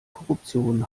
korruption